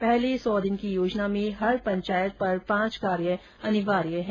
पहले सौ दिन की योजना में हर पंचायत पर पांच कार्य अनिवार्य है